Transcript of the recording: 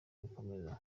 gukomeza